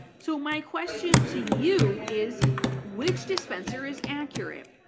so my question to you is which dispenser is accurate?